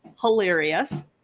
hilarious